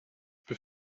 peux